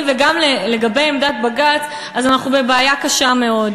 וגם לגבי עמדת בג"ץ אז אנחנו בבעיה קשה מאוד.